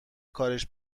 کارش